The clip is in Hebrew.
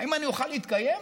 האם אני אוכל להתקיים?